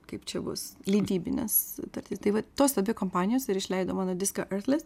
kaip čia bus leidybinė sutartis tai vat tos abi kompanijos ir išleido mano diską ertles